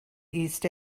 east